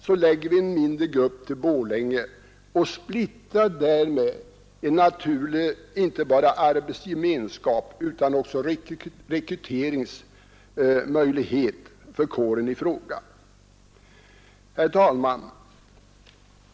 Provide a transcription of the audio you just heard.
Så lägger vi en mindre grupp till Borlänge och därmed inte bara splittrar vi en naturlig arbetsgemenskap utan vi går också miste om en naturlig rekryteringsmöjlighet för kåren i fråga. Herr talman!